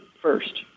first